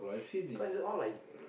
cause it's all like